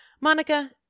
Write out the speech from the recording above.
Monica